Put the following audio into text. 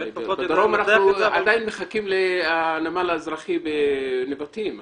עדיין מחכים לנמל המרכזי בנבטים.